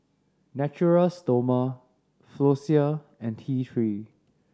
Natura Stoma Floxia and T Three